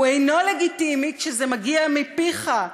הוא אינו לגיטימי כשזה מגיע מפיך,